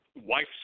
wife